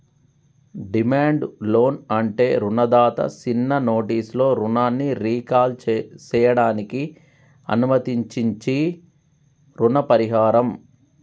demand loan అంటే రుణదాత సిన్న నోటీసులో రుణాన్ని రీకాల్ సేయడానికి అనుమతించించీ రుణ పరిహారం